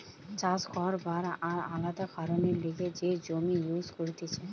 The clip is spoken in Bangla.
চাষ করবার আর আলাদা কারণের লিগে যে জমি ইউজ করতিছে